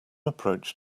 approach